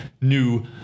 new